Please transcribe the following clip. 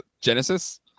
Genesis